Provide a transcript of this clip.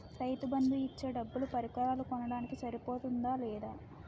రైతు బందు ఇచ్చే డబ్బులు పరికరాలు కొనడానికి సరిపోతుందా లేదా?